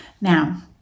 Now